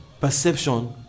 perception